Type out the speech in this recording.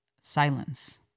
silence